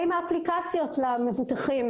האם האפליקציות למבוטחים,